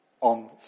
on